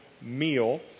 meal